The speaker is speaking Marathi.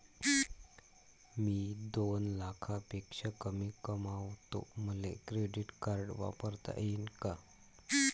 मी दोन लाखापेक्षा कमी कमावतो, मले क्रेडिट कार्ड वापरता येईन का?